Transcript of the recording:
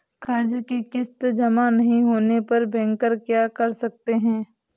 कर्ज कि किश्त जमा नहीं होने पर बैंकर क्या कर सकते हैं?